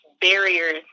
barriers